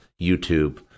YouTube